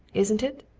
isn't it?